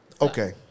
Okay